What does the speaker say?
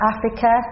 Africa